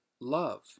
love